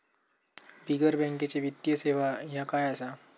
बिगर बँकेची वित्तीय सेवा ह्या काय असा?